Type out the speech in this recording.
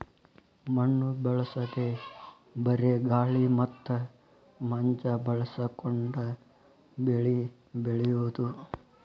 ಮಣ್ಣು ಬಳಸದೇ ಬರೇ ಗಾಳಿ ಮತ್ತ ಮಂಜ ಬಳಸಕೊಂಡ ಬೆಳಿ ಬೆಳಿಯುದು